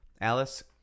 Alice